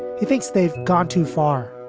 he thinks they've gone too far